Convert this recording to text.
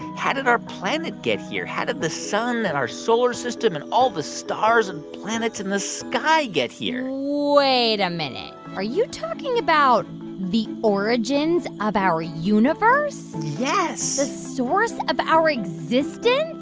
how did our planet get here? how did the sun and our solar system and all the stars and planets in the sky get here? wait a minute. are you talking about the origins of our universe? yes the source of our existence?